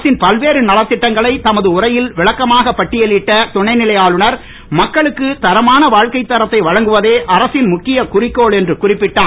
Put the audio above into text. அரசின் பல்வேறு நலத்திட்டங்களை தமது உரையில் விளக்கமாக பட்டியலிட்ட துணைநிலை ஆளுநர் மக்களுக்கு தரமான வாழ்க்கை தரத்தை வழங்குவதே அரசின் முக்கிய குறிக்கோள் என்று குறிப்பிட்டார்